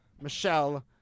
Michelle